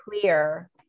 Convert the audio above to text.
clear